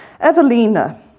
Evelina